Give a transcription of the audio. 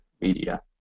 media